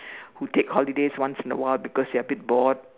who take holidays once in a while because they are a bit bored